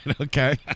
Okay